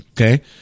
okay